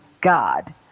God